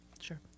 Sure